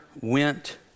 went